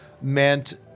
meant